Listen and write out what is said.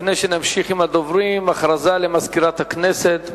לפני שנמשיך עם הדוברים, יש הודעה למזכירת הכנסת.